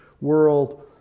world